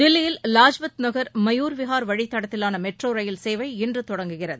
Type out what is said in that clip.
தில்லியில் Vajpath Nagar Mayur Vihar pocket one வழித்தடத்திலான metro rail சேவை இன்று தொடங்குகிறது